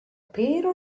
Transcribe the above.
pair